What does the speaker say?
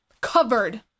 Covered